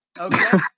okay